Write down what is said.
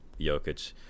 Jokic